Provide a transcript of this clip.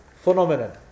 phenomenon